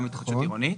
גם התחדשות עירונית.